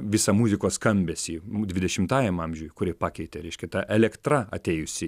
visą muzikos skambesį dvidešimtajam amžiuj kurį pakeitė reiškia ta elektra atėjusi